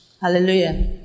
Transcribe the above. Hallelujah